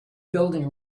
building